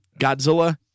Godzilla